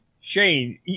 Shane